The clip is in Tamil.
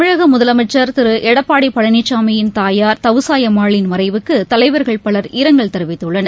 தமிழக முதலமைச்சர் திரு எடப்பாடி பழனிசாமியின் தாயார் தவுசாயம்மாளின் மறைவுக்கு தலைவர்கள் பலர் இரங்கல் தெரிவித்துள்ளனர்